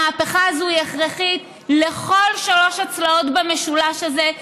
המהפכה הזאת היא הכרחית לכל שלוש הצלעות במשולש הזה,